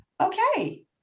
Okay